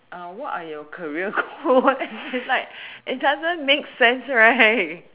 what are you career goal and it's like it doesn't make sense right